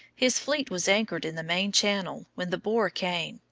his fleet was anchored in the main channel when the bore came,